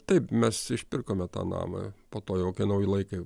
taip mes išpirkome tą namą po to jau kai nauji laikai